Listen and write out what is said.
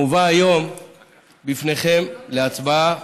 הובאה היום בפניכם להצבעה